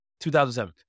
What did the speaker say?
2007